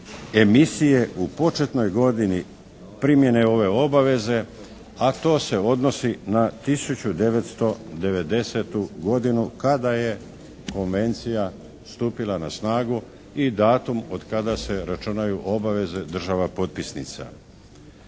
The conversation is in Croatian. emisije u početnoj godini primjene ove obaveze, a to se odnosi na 1990. godinu kada je konvencija stupila na snagu i datum od kada se računaju obaveze država potpisnica.